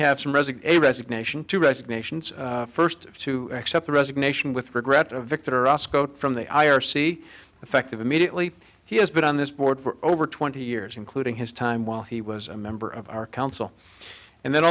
resignation to resignations first to accept the resignation with regret of victor osco from the i r c effective immediately he has been on this board for over twenty years including his time while he was a member of our council and then